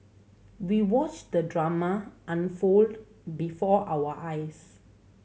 we watched the drama unfold before our eyes